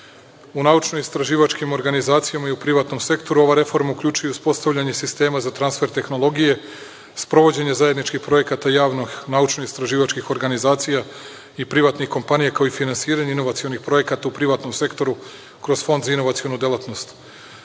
u naučno istraživačkim organizacijama i u privatnom sektoru ove reforme uključuju uspostavljanje sistema za transfer tehnologije, sprovođenje zajedničkih projekata javno-naučno-istraživačkih organizacija i privatnih kompanija, kao i finansiranje inovacionih projekata u privatnom sektoru kroz Fond za inovacionu delatnost. Sprovešće